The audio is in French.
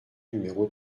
numéro